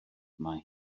mae